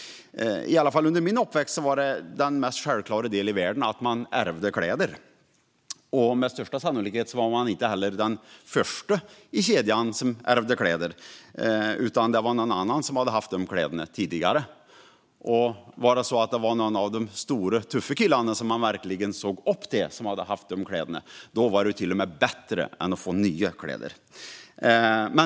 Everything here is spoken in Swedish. I alla fall under min uppväxt var ärvda kläder det mest självklara i världen. Med största sannolikhet var man inte heller den första i kedjan att ärva kläderna, utan det var någon annan som hade haft kläderna tidigare. Var det någon av de stora, tuffa killarna som man verkligen såg upp till som hade haft kläderna var det till och med bättre än att få nya.